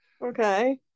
okay